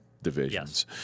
divisions